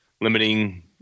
limiting